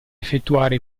effettuare